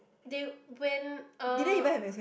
they when uh